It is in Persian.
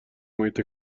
محیط